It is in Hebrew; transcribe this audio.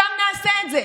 שם נעשה את זה.